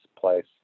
place